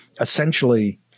essentially